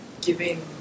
giving